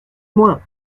moins